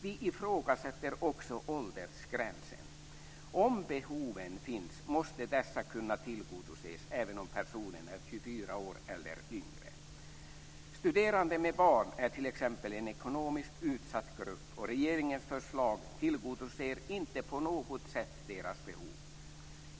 Vi ifrågasätter också åldersgränsen. Om behoven finns måste dessa kunna tillgodoses även om personen är 24 år eller yngre. Studerande med barn är t.ex. en ekonomiskt utsatt grupp, och regeringens förslag tillgodoser inte på något sätt deras behov.